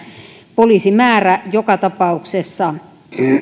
poliisimäärä joka tapauksessa